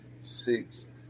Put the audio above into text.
six